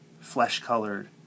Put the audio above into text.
flesh-colored